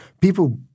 People